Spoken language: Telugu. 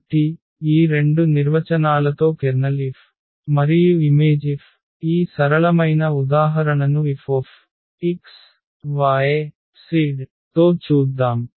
కాబట్టి ఈ 2 నిర్వచనాలతో Ker F మరియు Im F ఈ సరళమైన ఉదాహరణను Fx y z తో చూద్దాం